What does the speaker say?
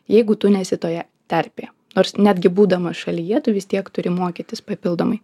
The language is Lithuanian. jeigu tu nesi toje terpėje nors netgi būdamas šalyje tu vis tiek turi mokytis papildomai